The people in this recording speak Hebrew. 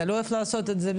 אתה לא הולך לעשות את זה,